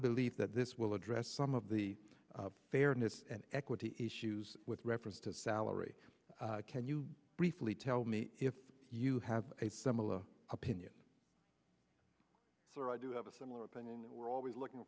belief that this will address some of the fairness and equity issues with reference to salary can you briefly tell me if you have a similar opinion or i do have a similar opinion that we're always looking